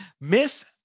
Miss